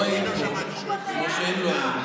את לא היית פה, כמו שהם לא